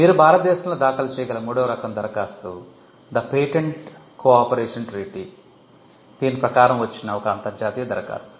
మీరు భారతదేశంలో దాఖలు చేయగల మూడవ రకం దరఖాస్తు The Patent Cooperation Treaty ప్రకారం వచ్చిన ఒక అంతర్జాతీయ దరఖాస్తు